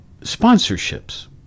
sponsorships